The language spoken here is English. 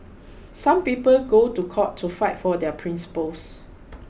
some people go to court to fight for their principles